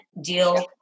deal